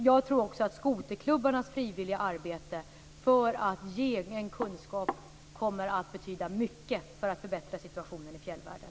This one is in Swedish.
Jag tror också att skoterklubbarnas frivilliga arbete för att ge kunskap kommer att betyda mycket när det gäller att förbättra situationen i fjällvärlden.